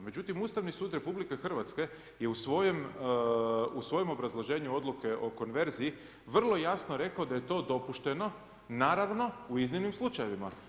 Međutim, Ustavni sud RH je u svojem obrazloženju odluke o konverziji vrlo jasno rekao da je to dopušteno, naravno u iznimnim slučajevima.